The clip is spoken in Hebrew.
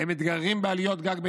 הם מתגוררים בעליות גג,